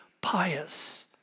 pious